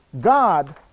God